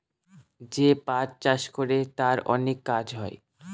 যে পাট চাষ করে তার অনেক কাজ হয়